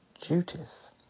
duties